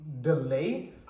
delay